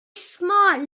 smart